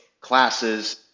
classes